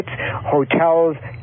hotels